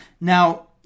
Now